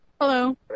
Hello